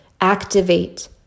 Activate